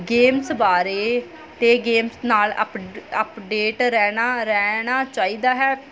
games ਬਾਰੇ ਅਤੇ game ਨਾਲ ਅਪ ਅਪਡੇਟ ਰਹਿਣਾ ਰਹਿਣਾ ਚਾਹੀਦਾ ਹੈ